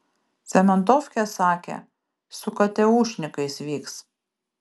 cementofkė sakė su kateušnikais vyks